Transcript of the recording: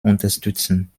unterstützen